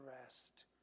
rest